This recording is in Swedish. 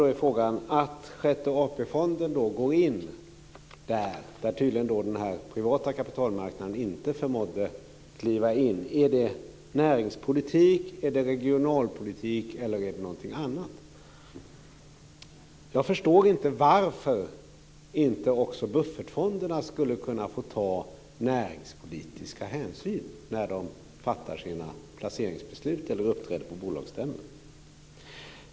Då är frågan: När Sjätte AP-fonden går in där, där den privata kapitalmarknaden tydligen inte förmådde kliva in, är det näringspolitik, regionalpolitik eller någonting annat? Jag förstod inte varför inte också buffertfonderna skulle kunna få ta näringspolitiska hänsyn när de fattar sina placeringsbeslut eller uppträder på bolagsstämmorna.